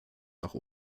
nach